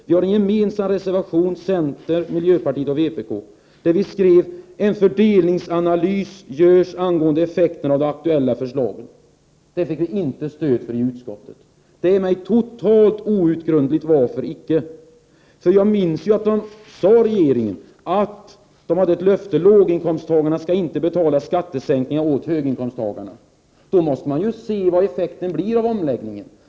Vi har en gemensam reservation från centern, miljöpartiet och vpk, där vi skrivit: ”Vidare bör en fördelningspolitisk analys göras angående effekterna av de aktuella förslagen.” Det fick vi inte stöd för i utskottet, och det är för mig totalt outgrundligt varför vi inte fick det. Jag minns ju att regeringen gav ett löfte om att låginkomsttagarna inte skall betala skattesänkningar åt höginkomsttagarna. Då måste man ju se vad effekten blir av omläggningen.